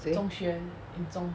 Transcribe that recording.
谁